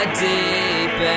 deep